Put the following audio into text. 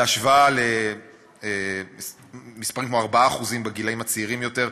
בהשוואה למספרים כמו 4% בגילים הצעירים יותר,